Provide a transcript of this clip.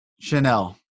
Chanel